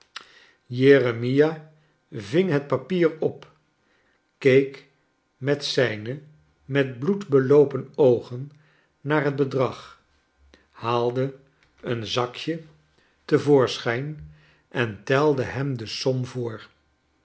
jeremia ving het papier op keek met zijne met bloed beloopeu oogen naar het bedrag haalde een zakje kleine dorrit te voorschijn en telde hem de som voor